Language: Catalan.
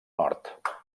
nord